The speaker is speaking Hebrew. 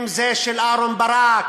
אם זה של אהרן ברק,